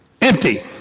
Empty